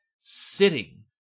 sitting